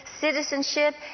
citizenship